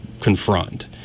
confront